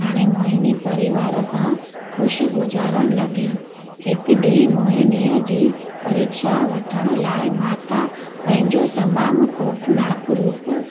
हाणे मोहिनी परिवार सां ख़ुशि गुजारण लॻी हिक ॾींहुं मोहिनीअ जी परीक्षा वठण लाइ माता पंहिंजो तमामु खौफ़नाक रूप